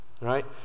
right